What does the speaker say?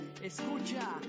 Escucha